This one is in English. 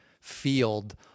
field